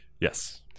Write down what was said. Yes